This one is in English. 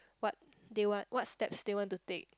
what they what what steps they want to take